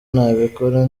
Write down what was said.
ntabikora